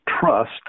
trust